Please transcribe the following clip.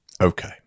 Okay